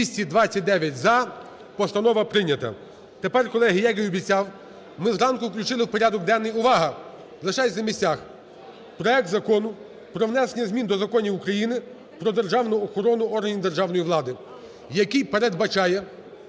За-229 Постанова прийнята. Тепер, колеги, як і обіцяв, ми зранку включили в порядок денний (увага, лишайтесь на місцях) проект Закону про внесення змін до Закону України "Про державну охорону органів державної влади", який передбачає,